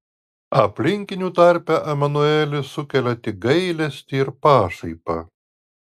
aplinkinių tarpe emanuelis sukelia tik gailestį ir pašaipą